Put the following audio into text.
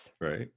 Right